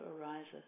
arises